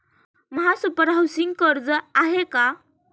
महासुपर हाउसिंग कर्ज आहे का?